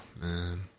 man